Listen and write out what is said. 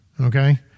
Okay